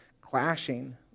clashing